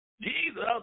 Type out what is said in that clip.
Jesus